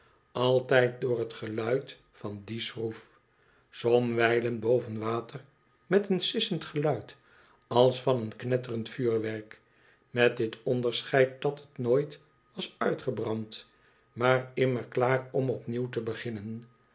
altijd door het geluid van die schroef somwijlen boven water met een sissend geluid als van een knetterend vuurwerk met dit onderscheid dat het nooit was uitgebrand maar immer klaar om opnieuw te beginnen